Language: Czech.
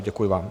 Děkuji vám.